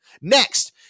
Next